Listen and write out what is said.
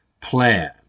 plan